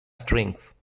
strings